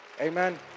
Amen